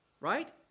right